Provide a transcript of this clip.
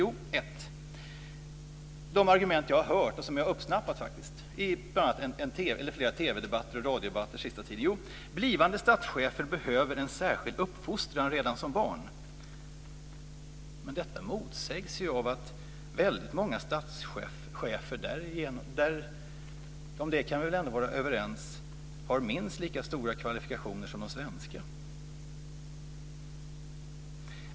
Argument ett, som jag har hört och uppsnappat i bl.a. flera TV och radiodebatter under den sista tiden, är att blivande statschefer behöver en särskild uppfostran redan som barn. Men det motsägs ju av att många andra statschefer har minst lika stora kvalifikationer som de svenska - om det kan vi väl ändå vara överens.